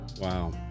Wow